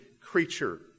creature